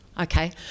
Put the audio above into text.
Okay